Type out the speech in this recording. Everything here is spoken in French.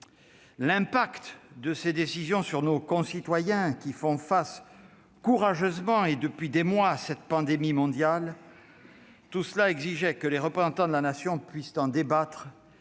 l'impact de ces décisions sur nos concitoyens qui font face courageusement, et depuis des mois, à cette pandémie mondiale, tout cela exigeait que les représentants de la Nation puissent en débattre